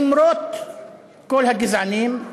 למרות כל הגזענים,